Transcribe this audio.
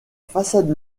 façade